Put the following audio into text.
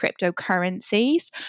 cryptocurrencies